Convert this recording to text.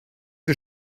que